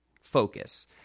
focus